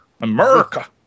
America